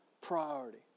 priority